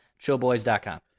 chillboys.com